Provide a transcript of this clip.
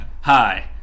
Hi